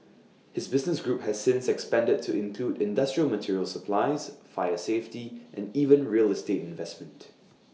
his business group has since expanded to include industrial material supplies fire safety and even real estate investment